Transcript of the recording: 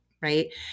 Right